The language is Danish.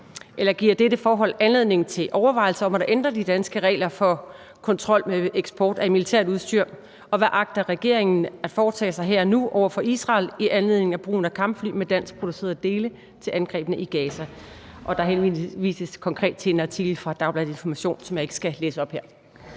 eller giver dette forhold anledning til overvejelser om at ændre de danske regler om kontrol med eksport af militært udstyr, og hvad agter regeringen at foretage sig her og nu over for Israel i anledning af brugen af kampfly med danskproducerede dele til angrebene i Gaza? Der henvises konkret til en artikel fra Dagbladet Information, som jeg ikke skal læse op her.